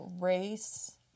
race